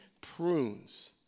prunes